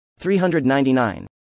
399